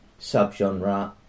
subgenre